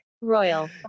royal